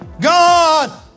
God